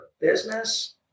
business